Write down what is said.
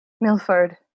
Milford